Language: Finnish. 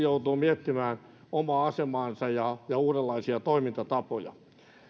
joutuu miettimään omaa asemaansa ja ja uudenlaisia toimintatapoja